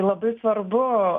labai svarbu